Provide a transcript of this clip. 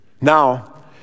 now